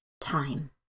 time